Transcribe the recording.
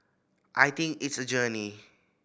I think it's a journey